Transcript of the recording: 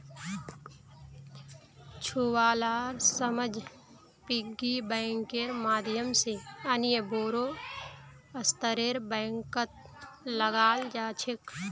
छुवालार समझ पिग्गी बैंकेर माध्यम से अन्य बोड़ो स्तरेर बैंकत लगाल जा छेक